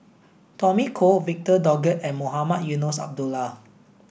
Tommy Koh Victor Doggett and Mohamed Eunos Abdullah